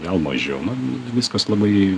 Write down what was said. gal mažiau na viskas labai